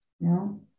No